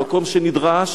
במקום שנדרש,